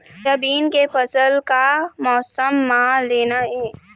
Soybean के फसल का मौसम म लेना ये?